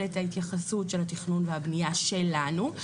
את ההתייחסות של התכנון והבנייה שלנו.